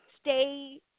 stay